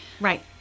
Right